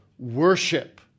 Worship